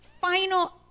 final